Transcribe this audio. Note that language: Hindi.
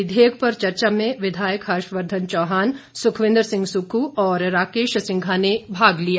विधेयक पर चर्चा में विधायक हर्षवर्धन चौहान व सुखविंद्र सिंह सुक्खू और राकेश सिंघा ने भाग लिया